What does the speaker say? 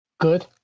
good